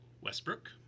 Westbrook